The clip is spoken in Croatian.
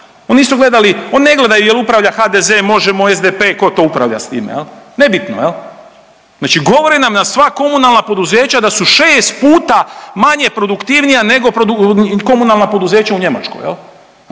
Oni su gledali, oni ne gledaju jel' upravlja HDZ, MOŽEMO, SDP, tko to upravlja s time jel'? Nebitno. Znači govore nam da sva komunalna poduzeća da su šest puta manje produktivnija nego komunalna poduzeća u Njemačkoj. I